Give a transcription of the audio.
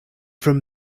from